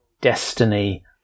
destiny